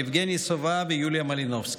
יבגני סובה ויוליה מלינובסקי.